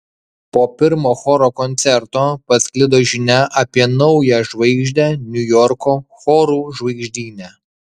po pirmo choro koncerto pasklido žinia apie naują žvaigždę niujorko chorų žvaigždyne